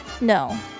no